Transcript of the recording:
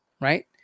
right